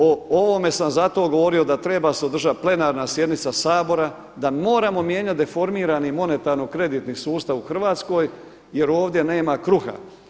O ovome sam zato govorio da treba se održati plenarna sjednica Sabora da moramo mijenjati deformirani monetarno-kreditni sustav u Hrvatskoj jer ovdje nema kruha.